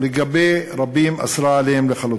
ולגבי רבים אסרה אותה לחלוטין.